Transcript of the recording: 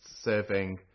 serving